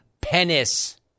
penis